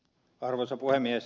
arvoisa puhemies